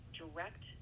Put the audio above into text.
direct